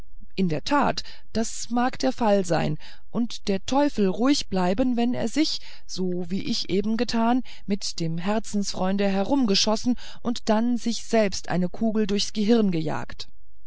in der tat das mag der fall sein und der teufel ruhig bleiben wenn er sich so wie ich es eben getan mit dem herzensfreunde herumgeschossen und dann sich selbst eine kugel durchs gehirn gejagt